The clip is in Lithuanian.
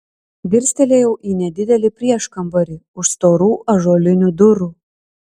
dirstelėjau į nedidelį prieškambarį už storų ąžuolinių durų